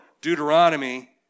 Deuteronomy